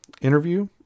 interview